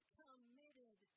committed